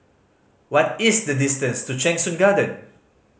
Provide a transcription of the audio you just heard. what is the distance to Cheng Soon Garden